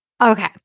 Okay